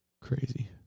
Crazy